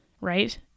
Right